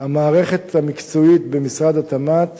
המערכת המקצועית במשרד התמ"ת